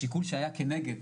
השיקול שהיה כנגד,